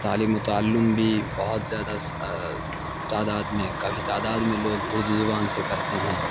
تعلیم و تعلم بھی بہت زیادہ تعداد میں کافی تعداد میں لوگ اردو زبان سے کرتے ہیں